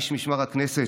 איש משמר הכנסת,